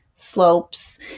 slopes